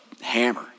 hammer